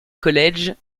college